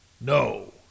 No